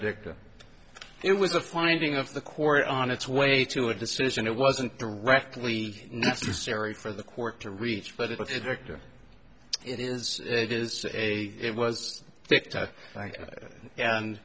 victor it was the finding of the court on its way to a decision it wasn't directly necessary for the court to reach but it was a director it is it is a it was picked up and